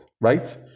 Right